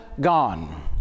gone